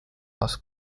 bus